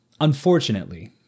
Unfortunately